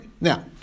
now